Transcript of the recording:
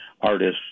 artists